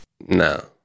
No